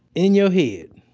in your head,